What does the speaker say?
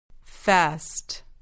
Fast